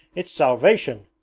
it's salvation!